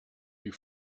die